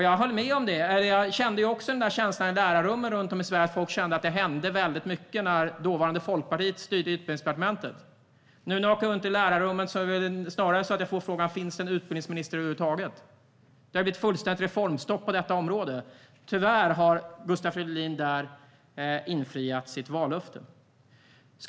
Jag höll med om det och kände den känsla som fanns i lärarrummen runt om i Sverige av att det hände väldigt mycket när dåvarande Folkpartiet styrde Utbildningsdepartementet. När jag nu åker runt till lärarrummen får jag snarare frågan: Finns det någon utbildningsminister över huvud taget? Det har blivit fullständigt reformstopp på detta område. Tyvärr har Gustav Fridolin infriat sitt vallöfte där.